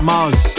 Mars